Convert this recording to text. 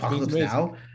now